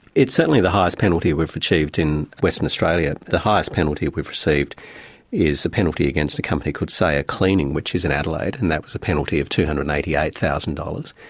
it's certainly the highest penalty we've achieved in western australia. the highest penalty we've received is the penalty against the company called saya cleaning, which is in adelaide, and that was a penalty of two hundred and eighty eight thousand dollars.